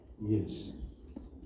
Yes